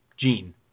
Gene